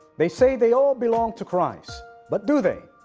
they say they all belong to christ but do they?